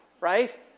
Right